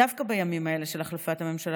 דווקא בימים האלה של החלפת הממשלה